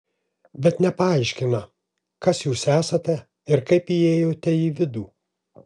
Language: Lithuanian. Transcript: bet nepaaiškina kas jūs esate ir kaip įėjote į vidų